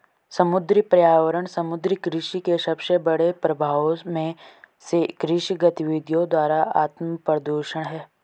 समुद्री पर्यावरण समुद्री कृषि के सबसे बड़े प्रभावों में से कृषि गतिविधियों द्वारा आत्मप्रदूषण है